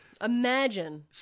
Imagine